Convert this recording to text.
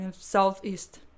Southeast